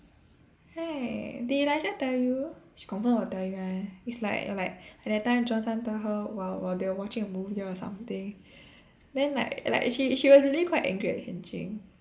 did Elisha tell you she confirm got tell you right is like like at that time Johnson tell her while while they were watching a movie or something then like like she she was really quite angry at Hian Ching